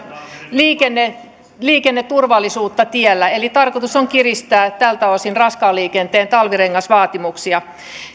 liikenneturvallisuuttamme tiellä tarkoitus on kiristää tältä osin raskaan liikenteen talvirengasvaatimuksia